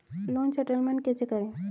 Loan settlement कैसे करें?